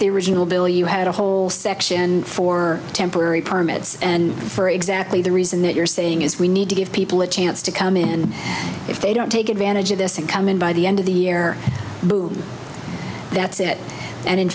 the original bill you had a whole section for temporary permits and for exactly the reason that you're saying is we need to give people a chance to come in if they don't take advantage of this and come in by the end of the year that's it and in